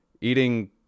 eating